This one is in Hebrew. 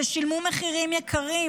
ששילמו מחירים יקרים,